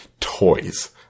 toys